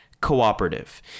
cooperative